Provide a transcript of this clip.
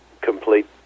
complete